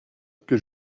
que